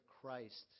Christ